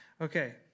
Okay